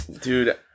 Dude